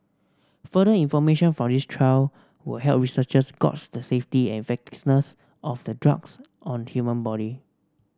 further information from this trial will help researchers gauge the safety and effectiveness of the drugs on human body